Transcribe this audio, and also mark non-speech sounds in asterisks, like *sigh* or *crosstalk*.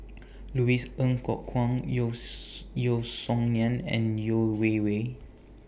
Louis Ng Kok Kwang Yeo *noise* Yeo Song Nian and Yeo Wei Wei